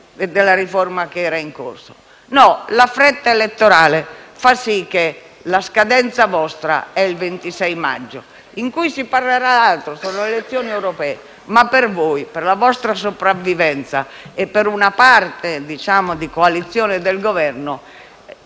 della riforma che era in corso; no, la fretta elettorale fa sì che la vostra scadenza sia il 26 maggio, in cui si parlerà di altro (sono le elezioni europee). Per voi, per la vostra sopravvivenza e per una parte di coalizione del Governo,